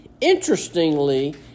interestingly